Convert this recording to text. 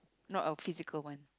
not a physical one